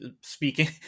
speaking